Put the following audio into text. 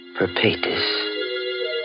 perpetus